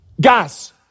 Guys